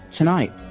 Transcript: Tonight